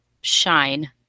shine